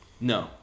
No